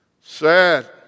Sad